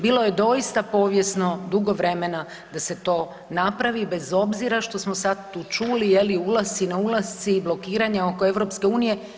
Bilo je doista povijesno dugo vremena da se to napravi bez obzira što smo sad tu čuli je li ulasci, ne ulasci, blokiranja oko EU.